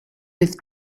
with